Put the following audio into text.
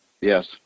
yes